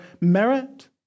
merit